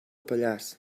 pallars